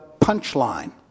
punchline